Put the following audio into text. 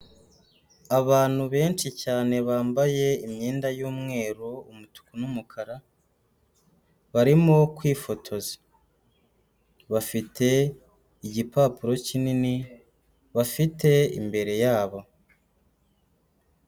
Abantu benshi cyane bambaye imyenda y'umweru, umutuku n'umukara, barimo kwifotoza. Bafite igipapuro kinini bafite imbere yabo.